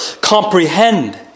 comprehend